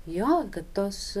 jo kad tos